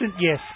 Yes